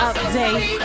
Update